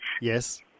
Yes